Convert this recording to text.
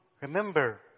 remember